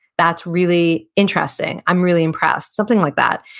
that's really interesting, i'm really impressed something like that?